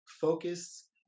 focus